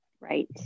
Right